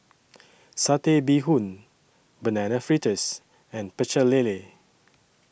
Satay Bee Hoon Banana Fritters and Pecel Lele